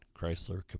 Chrysler